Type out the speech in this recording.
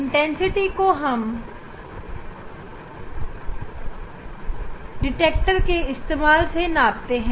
intensity को हम detector के इस्तेमाल से मापते हैं